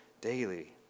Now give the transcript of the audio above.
daily